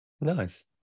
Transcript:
Nice